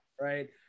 right